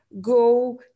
go